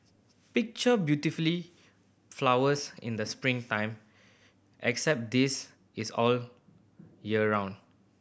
picture beautifully flowers in the spring time except this is all year round